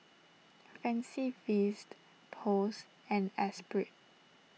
Fancy Feast Post and Espirit